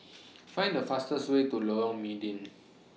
Find The fastest Way to Lorong Mydin